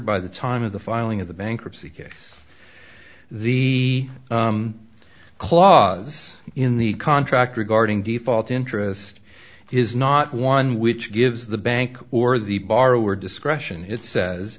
by the time of the filing of the bankruptcy case the clause in the contract regarding default interest is not one which gives the bank or the borrower discretion it says